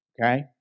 okay